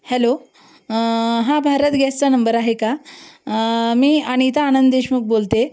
hello हा भारत गॅसचा number आहे का मी अनिता आनंद देशमुख बोलते आहे